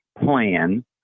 plan